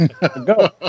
Go